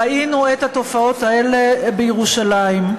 ראינו את התופעות האלה בירושלים.